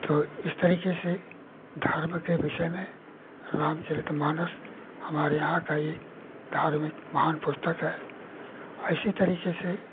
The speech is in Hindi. तो इस तरीके से धर्म के विषय में रामचरितमानस हमारे यहाँ का एक धार्मिक महान पुस्तक है इसी तरीके से